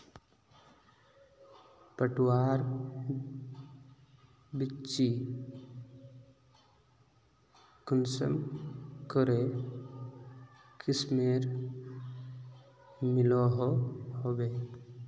पटवार बिच्ची कुंसम करे किस्मेर मिलोहो होबे?